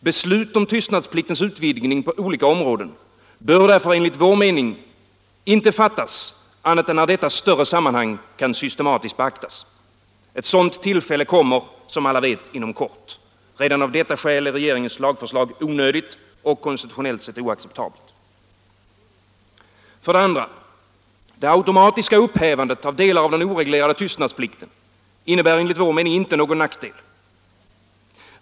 Beslut om tystnadspliktens utvidgning på olika områden bör därför enligt vår mening inte fattas annat än när detta större sammanhang kan systematiskt beaktas. Ett sådant tillfälle kommer, som alla vet, inom kort. Redan av detta skäl är regeringens lagförslag onödigt och konsitutionellt sett oacceptabelt. För det andra: det automatiska upphävandet av delar av den oreglerade tystnadsplikten innebär enligt vår mening inte någon nackdel.